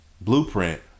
Blueprint